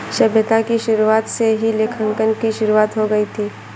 सभ्यता की शुरुआत से ही लेखांकन की शुरुआत हो गई थी